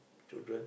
children